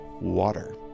water